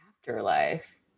Afterlife